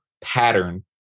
pattern